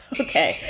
Okay